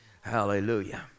hallelujah